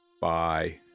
Bye